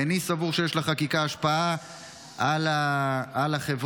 איני סבור שיש לחקיקה השפעה על החברה,